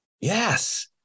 Yes